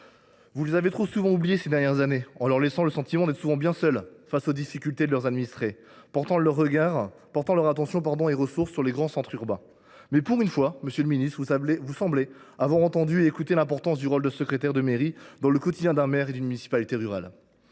Vous les avez trop souvent oubliés ces dernières années, en leur laissant le sentiment d’être souvent bien seuls face aux difficultés de leurs administrés, portant votre attention et les ressources sur les grands centres urbains. Pour une fois, monsieur le ministre, vous semblez avoir entendu et écouté l’importance du rôle de secrétaire de mairie dans le quotidien d’un maire et d’une municipalité rurale.